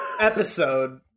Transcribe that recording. episode